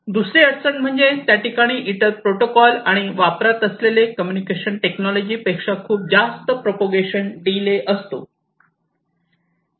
दुसरी अडचण म्हणजे त्या ठिकाणी इतर प्रोटोकॉल आणि वापरात असलेल्या कम्युनिकेशन टेक्नॉलॉजी पेक्षा खूप जास्त प्रपोगेशन डीले असतो